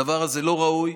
הדבר הזה לא ראוי.